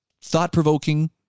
thought-provoking